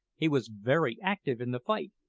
he was very active in the fight,